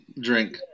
drink